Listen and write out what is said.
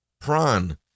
prawn